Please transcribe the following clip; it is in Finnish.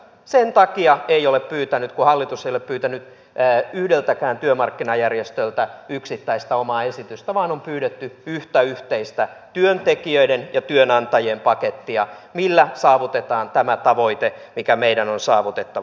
sen takia ei ole pyytänyt kun hallitus ei ole pyytänyt yhdeltäkään työmarkkinajärjestöltä yksittäistä omaa esitystä vaan on pyydetty yhtä yhteistä työntekijöiden ja työnantajien pakettia millä saavutetaan tämä tavoite mikä meidän on saavutettava